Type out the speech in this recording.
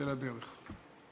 צא לדרך.